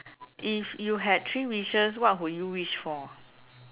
if you had three wishes what would you wish for